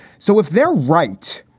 so if they're right,